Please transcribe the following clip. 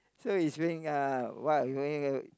so he's wearing uh what he wearing a